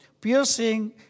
Piercing